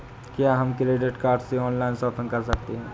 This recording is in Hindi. क्या हम क्रेडिट कार्ड से ऑनलाइन शॉपिंग कर सकते हैं?